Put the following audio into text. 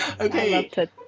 Okay